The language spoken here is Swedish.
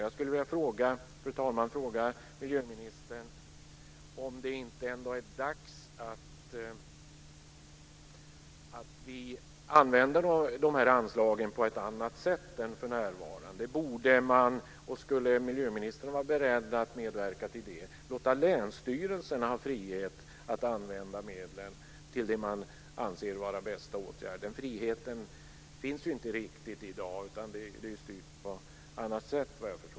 Jag skulle vilja fråga miljöministern om det inte ändå är dags att vi använder anslagen på ett annat sätt än för närvarande. Skulle miljöministern vara beredd att medverka till att låta länsstyrelserna ha frihet att använda medlen till det man anser vara den bästa åtgärden? Friheten finns inte riktigt i dag, utan det är styrt på annat sätt.